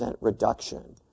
reduction